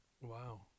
Wow